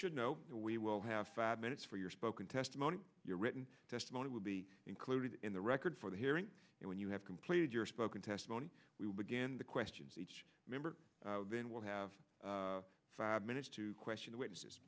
should know that we will have five minutes for your spoken testimony your written testimony will be included in the record for the hearing and when you have completed your spoken testimony we will begin the questions each member then we'll have five minutes to question the witnesses